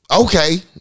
Okay